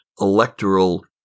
electoral